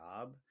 job